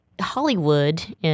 Hollywood